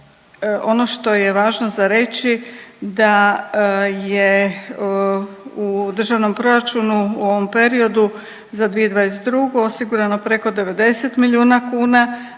ono što je važno za reći da je u državnom proračunu u ovom periodu za 2022. osigurano preko 90 milijuna kuna,